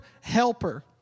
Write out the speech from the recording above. helper